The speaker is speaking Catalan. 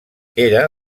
era